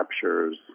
captures